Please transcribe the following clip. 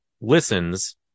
listens